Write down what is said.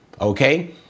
Okay